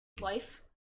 life